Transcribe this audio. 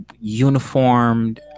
uniformed